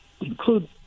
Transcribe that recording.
include